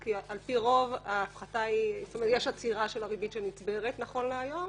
כי על פי רוב יש עצירה של הריבית שנצברת נכון להיום,